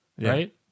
right